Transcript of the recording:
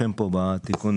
תומכים בתיקון.